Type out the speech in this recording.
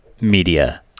media